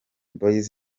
boyz